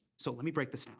so let me break this